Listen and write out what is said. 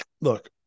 look